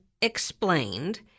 Explained